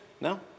No